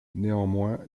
néanmoins